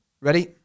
Ready